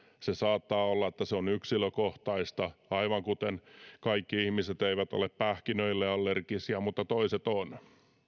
saattaa olla että se on yksilökohtaista aivan kuten kaikki ihmiset eivät ole pähkinöille allergisia mutta toiset ovat